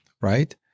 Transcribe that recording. right